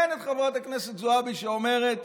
אין את חברת הכנסת זועבי, שאומרת: